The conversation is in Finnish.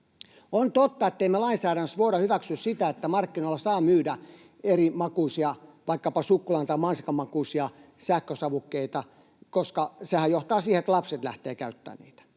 On totta, ettemme me lainsäädännössä voi hyväksyä sitä, että markkinoilla saa myydä eri makuisia, vaikkapa suklaan tai mansikan makuisia, sähkösavukkeita, koska sehän johtaa siihen, että lapset lähtevät käyttämään niitä.